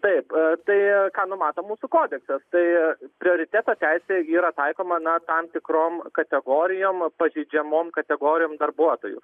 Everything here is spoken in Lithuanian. taip tai ką numato mūsų kodeksas tai prioriteto teisė yra taikoma na tam tikrom kategorijom pažeidžiamom kategorijom darbuotojų